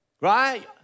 Right